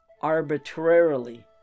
arbitrarily